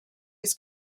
his